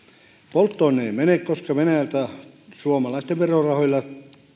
polttoon ne eivät mene koska venäjältä suomalaisten verorahoilla